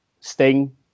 Sting